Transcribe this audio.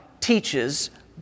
teaches